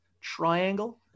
triangle